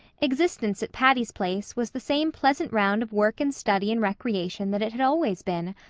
existence at patty's place was the same pleasant round of work and study and recreation that it had always been.